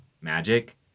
Magic